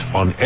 on